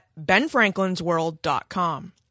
benfranklinsworld.com